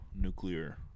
nuclear